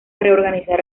reorganizar